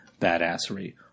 badassery